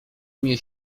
mnie